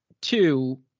two